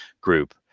group